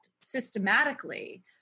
systematically